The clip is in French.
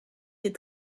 est